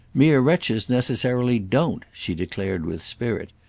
mere wretches necessarily don't! she declared with spirit.